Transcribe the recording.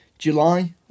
July